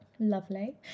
Lovely